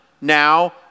now